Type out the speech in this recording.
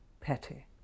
petty